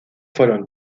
fueron